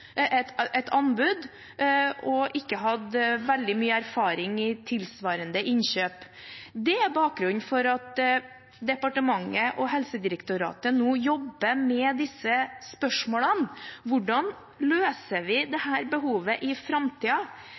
og ikke hadde veldig mye erfaring i tilsvarende innkjøp. Det er bakgrunnen for at departementet og Helsedirektoratet nå jobber med disse spørsmålene: Hvordan løser vi dette behovet i